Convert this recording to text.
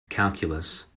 calculus